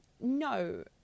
no